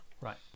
right